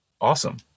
Awesome